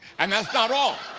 and that's not all.